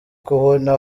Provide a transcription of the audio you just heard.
kubona